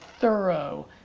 thorough